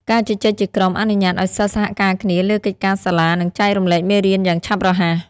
ការជជែកជាក្រុមអនុញ្ញាតឱ្យសិស្សសហការគ្នាលើកិច្ចការសាលា និងចែករំលែកមេរៀនយ៉ាងឆាប់រហ័ស។